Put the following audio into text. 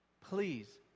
Please